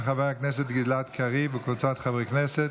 של חבר הכנסת יונתן מישרקי וקבוצת חברי הכנסת.